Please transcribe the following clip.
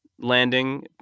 landing